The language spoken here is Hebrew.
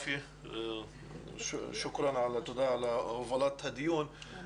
תודה על הובלת הדיון.